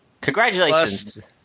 Congratulations